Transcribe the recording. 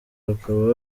hakaba